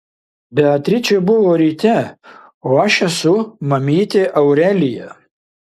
beatričė buvo ryte o aš esu mamytė aurelija